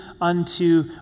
unto